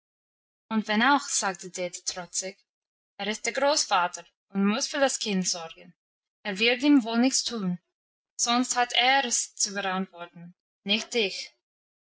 und wenn auch sagte dete trotzig er ist der großvater und muss für das kind sorgen er wird ihm wohl nichts tun sonst hat er's zu verantworten nicht ich